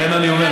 לכן אני אומר,